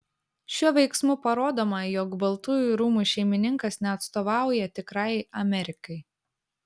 šiuo veiksmu parodoma jog baltųjų rūmų šeimininkas neatstovauja tikrajai amerikai